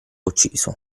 ucciso